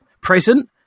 present